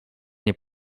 nie